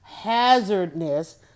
hazardness